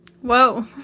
Whoa